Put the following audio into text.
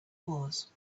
moors